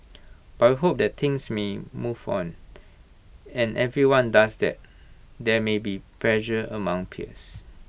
but we hope that things mean move on and everyone does that there may be pressure among peers